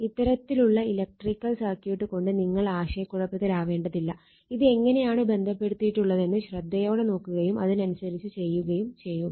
ഇത്തരത്തിലുള്ള electrical circuit കണ്ട് നിങ്ങൾ ആശയ കുഴപ്പത്തിലാവേണ്ടതില്ല ഇത് എങ്ങനെയാണ് ബന്ധപ്പെടുത്തിയിട്ടുള്ളതെന്ന് ശ്രദ്ധയോടെ നോക്കുകയും അതിനനുസരിച്ച് ചെയ്യുകയും ചെയ്യുക